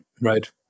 Right